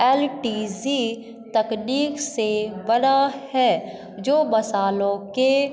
L T G तकनीक से बना है जो मसालों के